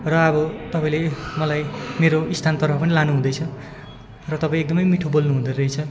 र अब तपाईँले मलाई मेरो स्थानतर्फ पनि लानुहुँदैछ र तपाईँ एकदमै मिठो बोल्नुहुँदो रहेछ